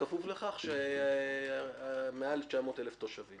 בכפוף לכך שמעל 900 אלף תושבים.